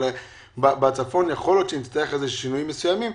אבל בצפון יכול להיות שנצטרך שינויים מסוימים,